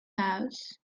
house